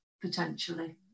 potentially